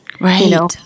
Right